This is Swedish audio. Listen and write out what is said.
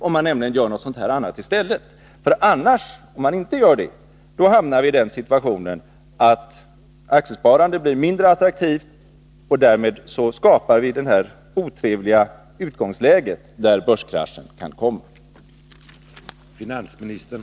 Utan en sådan uppföljning hamnar vi dock i den situationen att aktiesparandet blir mindre attraktivt, och därmed medverkar vi till det otrevliga utgångsläge där en börskrasch kan bli verklighet.